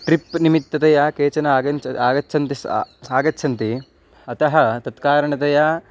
trip निमित्ततया केचन आगञ्च् आगच्छन्ति आगच्छन्ति अतः तत्कारणतया